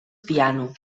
piano